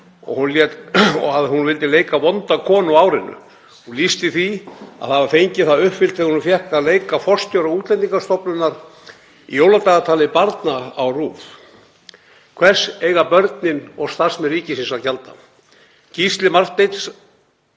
að hún vildi leika vonda konu á árinu og lýsti því yfir að hún hefði fengið það uppfyllt þegar hún fékk að leika forstjóra Útlendingastofnunar í jóladagatali barna á RÚV. Hvers eiga börnin og starfsmenn ríkisins að gjalda? Gísla Marteini